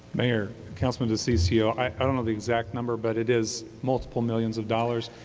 mayor, councilman diciccio, i don't know the exact number, but it is multiple millions of dollars.